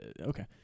okay